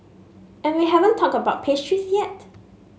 and we haven't talked about pastries yet